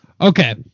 Okay